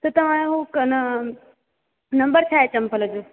त तव्हांजो नंबर क न नंबर छाहे चंपल जो